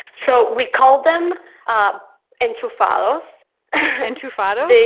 so we call them um enchufados enchufados the